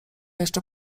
jeszcze